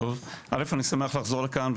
א' אני שמח לחזור לכאן,